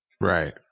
Right